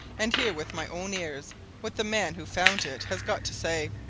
and hear with my own ears what the man who found it has got to say.